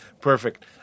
Perfect